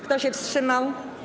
Kto się wstrzymał?